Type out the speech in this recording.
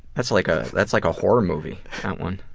that's like ah that's like a horror movie, that one.